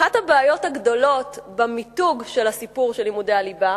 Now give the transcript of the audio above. אחת הבעיות הגדולות במיתוג הסיפור של לימודי הליבה